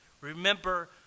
Remember